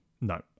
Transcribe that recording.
no